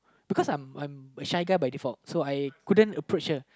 because I'm I'm a shy guy by default so I couldn't approach her